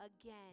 again